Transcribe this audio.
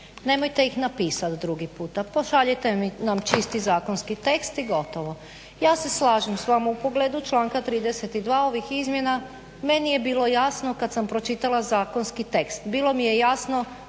Nemojte ih napisat drugi puta. Pošaljite nam čisti zakonski tekst i gotovo. Ja se slažem s vama u pogledu članka 32. ovih izmjena, meni je bilo jasno kada sam pročitala zakonski tekst. Bilo mi je jasno